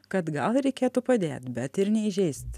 kad gal reikėtų padėt bet ir neįžeist